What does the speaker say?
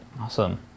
Awesome